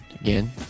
again